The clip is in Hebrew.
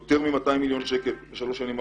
יותר מ-200 מיליון שקל בשלוש השנים האחרונות.